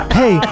hey